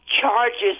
charges